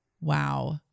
Wow